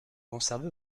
conservées